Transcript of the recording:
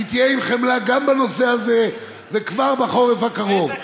היא תהיה עם חמלה גם בנושא הזה, וכבר בחורף הקרוב.